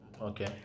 Okay